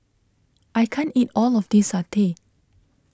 I can't eat all of this Satay